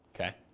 okay